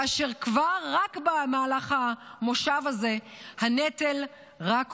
כאשר רק במהלך המושב הזה הנטל רק הוכבד.